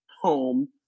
home